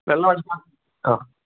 വെള്ളം അ